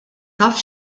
taf